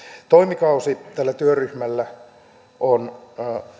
toimikausi tällä työryhmällä on